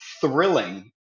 thrilling